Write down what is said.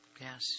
Yes